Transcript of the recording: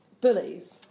Bullies